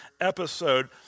episode